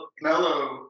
mellow